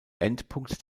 endpunkt